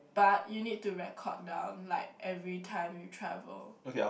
but you need to record down like every time you travel